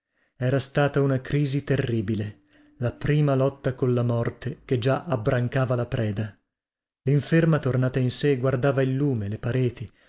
era stata una crisi terribile la prima lotta colla morte che già abbrancava la preda linferma tornata in sè guardava il lume le pareti